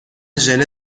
ژله